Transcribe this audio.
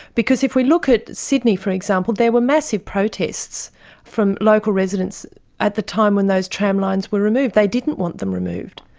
because if we look at sydney for example, there were massive protests from local residents at the time when those tramlines were removed. they didn't want them removed.